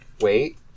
Wait